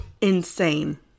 Insane